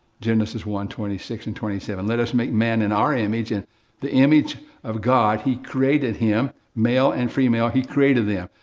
genesis one twenty six and twenty seven. let us make man in our image, in the image of god he created him male and female he created them.